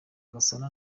gasana